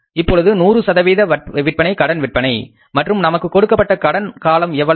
இப்பொழுது 100 சதவீத விற்பனை கடன் விற்பனை மற்றும் நமக்கு கொடுக்கப்பட்ட கடன் காலம் எவ்வளவு